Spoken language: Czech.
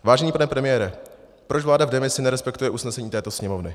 Vážený pane premiére, proč vláda v demisi nerespektuje usnesení této Sněmovny?